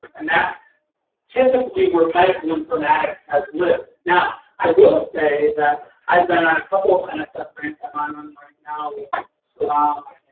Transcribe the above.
and that's typically where medical informatics has lived. now, i will say that i've been on a couple of and nsf ah grants, i'm on one right now with sriram,